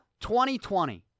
2020